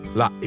la